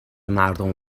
مردمو